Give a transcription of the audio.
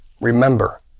Remember